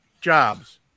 jobs